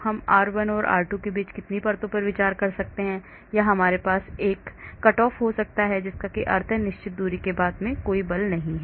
हम R1 और R2 के बीच कितनी परतों पर विचार कर सकते हैं या हमारे पास एक कट ऑफ हो सकती है जिसका अर्थ है कि निश्चित दूरी के बाद कोई बल नहीं हैं